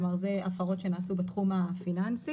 זאת אומרת, אלו עבירות שנעשו בתחום הפיננסי.